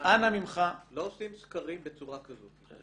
אנא ממך --- לא עושים סקרים בצורה כזאת.